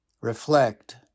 reflect